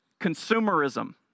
Consumerism